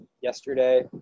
yesterday